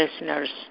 listeners